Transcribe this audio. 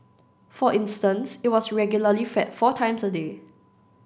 for instance it was regularly fed four times a day